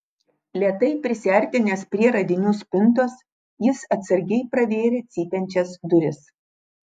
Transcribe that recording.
lėtai prisiartinęs prie radinių spintos jis atsargiai pravėrė cypiančias duris